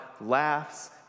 laughs